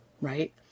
right